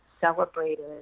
celebrated